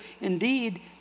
Indeed